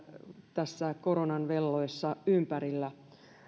tässä koronan velloessa ympärillä